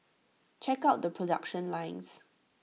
check out the production lines